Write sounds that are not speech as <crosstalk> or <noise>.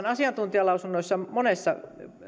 <unintelligible> asiantuntijalausunnoissa